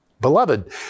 Beloved